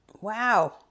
Wow